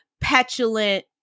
petulant